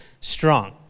strong